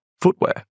footwear